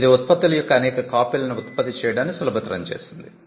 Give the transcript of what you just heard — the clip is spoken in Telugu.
ఇది ఉత్పత్తుల యొక్క అనేక కాపీలను ఉత్పత్తి చేయడాన్ని సులభతరం చేసింది